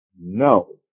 No